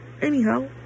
anyhow